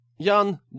Jan